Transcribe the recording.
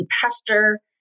pastor